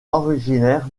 originaires